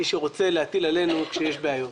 מי שרוצה להטיל עלינו כשיש בעיות.